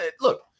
look